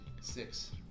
six